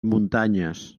muntanyes